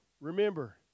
Remember